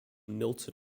milton